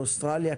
אוסטרליה,